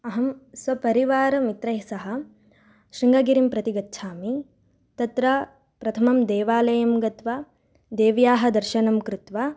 अहं स्वपरिवारमित्रैः सह शृङ्गगिरिं प्रति गच्छामि तत्र प्रथमं देवालयं गत्वा देव्याः दर्शनं कृत्वा